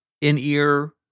in-ear